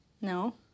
No